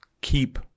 keep